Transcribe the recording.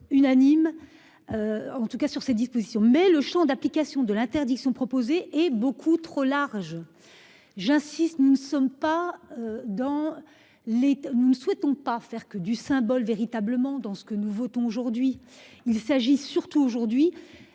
unanimes. En tout cas sur ces dispositions. Mais le Champ d'application de l'interdiction proposée est beaucoup trop large. J'insiste, nous ne sommes pas dans les. Nous ne souhaitons pas faire que du symbole véritablement dans ce que nous votons aujourd'hui il s'agit surtout aujourd'hui